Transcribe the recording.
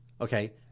Okay